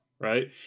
right